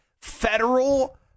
federal